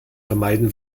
vermeiden